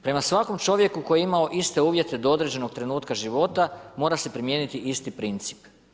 Prema svakom čovjeku koji je imao iste uvjete do određenog trenutka života mora se primijeniti isti princip.